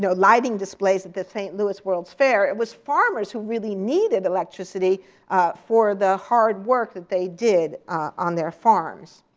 lighting displays at the st. louis world's fair, it was farmers who really needed electricity for the hard work that they did on their farms.